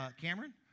Cameron